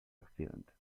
accidente